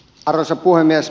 arvoisa puhemies